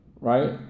Right